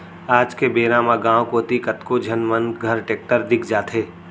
आज के बेरा म गॉंव कोती कतको झन मन घर टेक्टर दिख जाथे